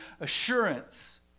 assurance